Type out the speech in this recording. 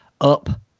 up